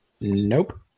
Nope